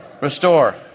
Restore